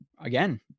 Again